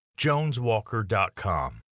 JonesWalker.com